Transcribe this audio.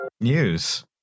News